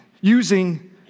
using